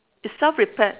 it self repaired